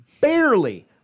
barely